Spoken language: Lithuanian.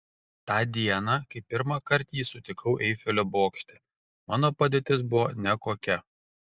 tą dieną kai pirmąkart jį sutikau eifelio bokšte mano padėtis buvo nekokia